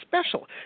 special